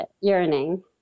yearning